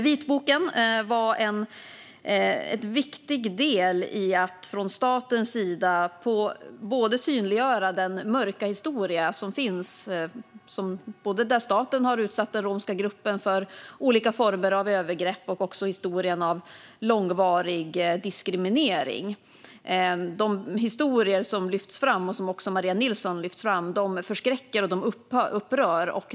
Vitboken var en viktig del i att från statens sida synliggöra den mörka historia som finns, där staten har utsatt den romska gruppen för olika former av övergrepp och där det har förekommit långvarig diskriminering. De historier som lyfts fram, också av Maria Nilsson, förskräcker och upprör.